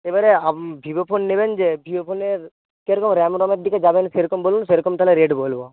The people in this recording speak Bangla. এবারে আপ ভিভো ফোন নেবেন যে ভিভো ফোনের কীরকম র্যাম রমের দিকে যাবেন সেরকম বলুন সেরকম তাহলে রেট বলবো